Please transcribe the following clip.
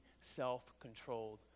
self-controlled